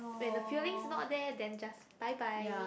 when the feelings not there then just bye bye